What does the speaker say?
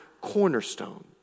cornerstone